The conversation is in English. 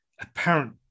apparent